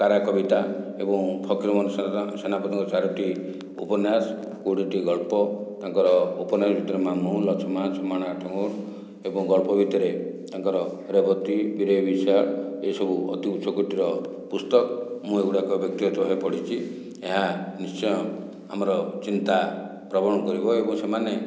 କାରାକବିତା ଏବଂ ଫକୀରମୋହନ ସେନାପତିଙ୍କର ଚାରୋଟି ଉପନ୍ୟାସ କୋଡ଼ିଏଟି ଗଳ୍ପ ତାଙ୍କର ଉପନ୍ୟାସ ଭିତରେ ମାମୁଁ ଲଛମା ଛ ମାଣ ଆଠଗୁଣ୍ଠ ଏବଂ ଗଳ୍ପ ଭିତରେ ତାଙ୍କର ରେବତୀ ପିରେଇ ପିସା ଏସବୁ ଅତି ଉଚ୍ଚକୋଟୀର ପୁସ୍ତକ ମୁଁ ଏଗୁଡ଼ାକ ବ୍ୟକ୍ତିଗତ ଭାବେ ପଢ଼ିଛି ଏହା ନିଶ୍ଚୟ ଆମର ଚିନ୍ତା ପ୍ରବଣ କରିବ ଏବଂ ସେମାନେ